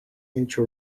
into